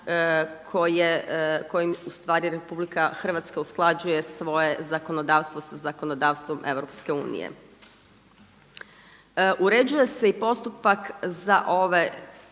kojim ustvari RH usklađuje svoje zakonodavstvo sa zakonodavstvom EU. Uređuje se i postupak za ove,